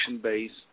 based